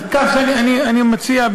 אני מציע,